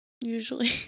Usually